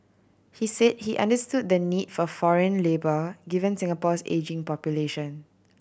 he say he understood the need for foreign labour given Singapore's ageing population